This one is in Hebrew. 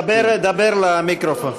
דבר, דבר למיקרופון.